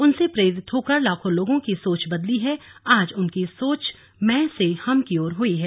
उनसे प्रेरित होकर लाखों लोगों की सोच बदली है आज उनकी सोच मैं से हम की ओर हुई है